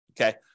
okay